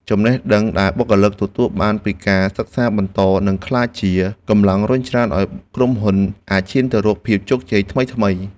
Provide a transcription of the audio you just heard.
ចំណេះដឹងដែលបុគ្គលិកទទួលបានពីការសិក្សាបន្តនឹងក្លាយជាកម្លាំងរុញច្រានឱ្យក្រុមហ៊ុនអាចឈានទៅរកភាពជោគជ័យថ្មីៗ។